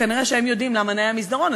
כנראה הם יודעים למה נאה המסדרון.